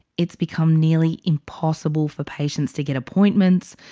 it's become nearly impossible for patients to get appointments.